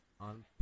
On